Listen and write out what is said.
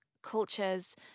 Cultures